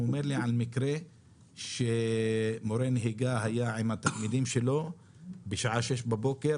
הוא אומר לי על מקרה שמורה נהיגה היה עם התלמידים שלו בשעה שש בבוקר,